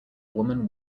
woman